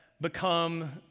become